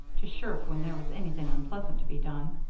to shirk when there was anything unpleasant to be done.